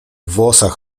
włosach